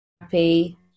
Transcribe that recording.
happy